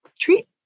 treat